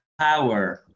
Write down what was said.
power